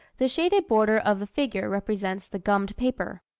the shaded border of the figure represents the gummed paper.